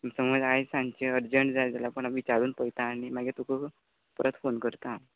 समज आयज सांचे अर्जण जाय जाल्या कोणा विचारून पळयता आनी मागी तुका परत फोन करता